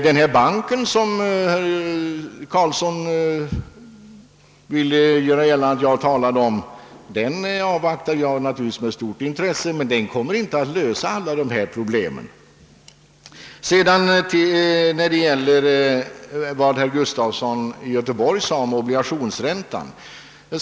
Den bank, som herr Karlsson i Huddinge förmenade att jag talade om, avvaktar jag naturligtvis med stort intresse, men den kommer inte att kunna lösa alla dessa problem. Sedan talar herr Gustafson i Göteborg om obligationsräntan.